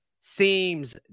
seems